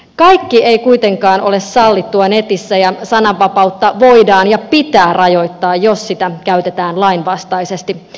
kaikki ei kuitenkaan ole sallittua netissä ja sananvapautta voidaan ja pitää rajoittaa jos sitä käytetään lainvastaisesti